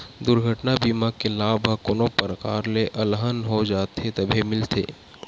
दुरघटना बीमा के लाभ ह कोनो परकार ले अलहन हो जाथे तभे मिलथे